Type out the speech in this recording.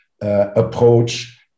approach